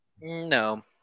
No